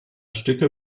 stücke